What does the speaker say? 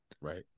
Right